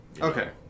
Okay